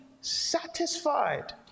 satisfied